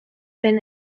been